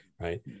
Right